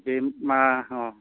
दे मा अह